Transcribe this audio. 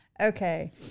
Okay